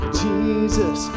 jesus